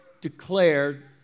declared